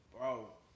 Bro